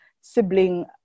sibling